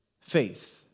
faith